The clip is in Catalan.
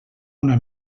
una